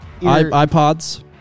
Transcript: iPods